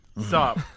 Stop